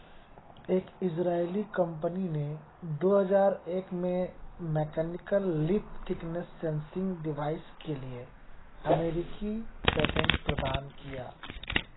एक इजरायली कंपनी ने दो हजार एक में mechanical leaf thickness sensing device के लिए अमेरिकी पेटेंट प्रदान किया